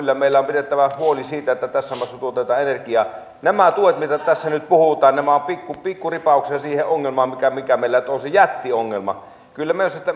yllä meillä on pidettävä huoli siitä että tässä maassa tuotetaan energiaa nämä tuet mistä tässä nyt puhutaan ovat pikkuripauksia siihen ongelmaan mikä mikä meillä nyt on se jättiongelma kyllä minä sanon että